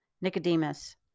Nicodemus